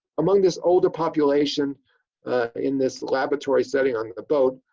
among this older population in this laboratory setting on a boat,